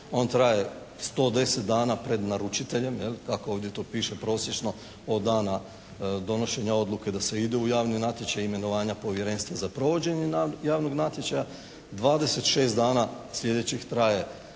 On traje 110 dana pred naručiteljem, tako to ovdje piše, prosječno od dana donošenja odluke da se ide u javni natječaj, imenovanja Povjerenstva za provođenje javnog natječaja. 26 dana sljedećih traje